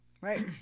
Right